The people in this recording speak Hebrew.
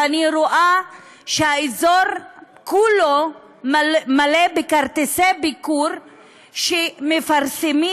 ואני רואה שהאזור כולו מלא בכרטיסי ביקור שמפרסמים